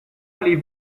allez